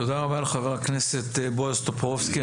תודה רבה לחבר הכנסת בועז טופורובסקי.